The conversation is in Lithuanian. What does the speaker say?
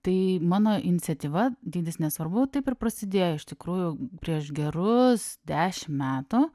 tai mano iniciatyva dydis nesvarbu taip ir prasidėjo iš tikrųjų prieš gerus dešim metų